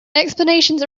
explanations